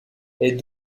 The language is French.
est